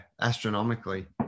Astronomically